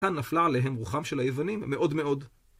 כאן נפלה עליהם רוחם של היוונים מאוד מאוד.